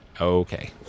Okay